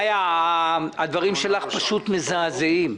מיה חממי, הדברים שלך פשוט מזעזעים.